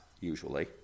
usually